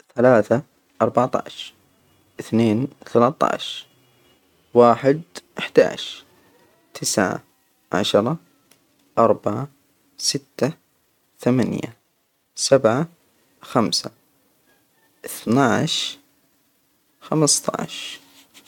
ثلاثة، اربعة عشر، اثنين، ثلاثة عشر، واحد، احدى عشر،. تسعة، عشرة، اربعة، ستة، ثمانية، سبعة، خمسة، اثنى عشر، خمسة عشر.